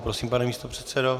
Prosím, pane místopředsedo.